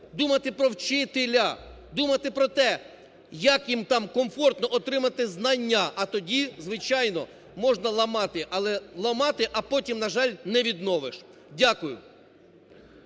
думати про вчителя, думати про те, як їм там комфортно отримати знання, а тоді, звичайно, можна ламати. Але ламати, а потім, на жаль, не відновиш. Дякую.